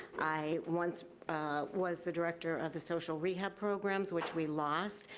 i once was the director of the social rehab programs, which we lost.